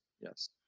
yes